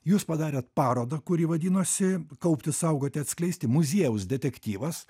jūs padarėt parodą kuri vadinosi kaupti saugoti atskleisti muziejaus detektyvas